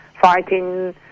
fighting